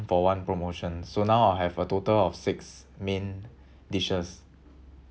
for one promotion so now I have a total of six main dishes